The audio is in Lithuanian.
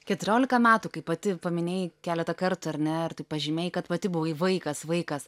keturiolika metų kai pati paminėjai keletą kartų ar ne ir tai pažymiai kad pati buvai vaikas vaikas